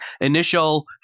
initial